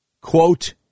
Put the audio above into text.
quote